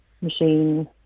machine